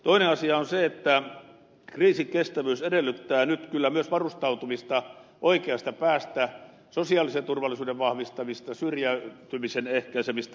toinen asia on se että kriisikestävyys edellyttää nyt kyllä myös varustautumista oikeasta päästä sosiaalisen turvallisuuden vahvistamista syrjäytymisen ehkäisemistä